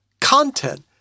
content